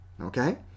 okay